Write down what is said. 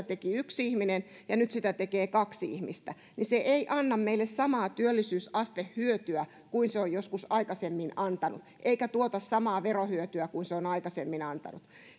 teki yksi ihminen ja nyt sitä tekee kaksi ihmistä niin se ei anna meille samaa työllisyysastehyötyä kuin se on joskus aikaisemmin antanut eikä samaa verohyötyä kuin se on on aikaisemmin antanut